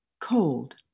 cold